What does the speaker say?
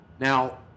Now